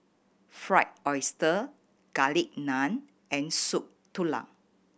Fried Oyster Garlic Naan and Soup Tulang